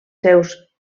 seus